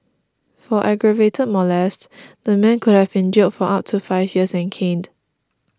for aggravated molest the man could have been jailed for up to five years and caned